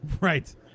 right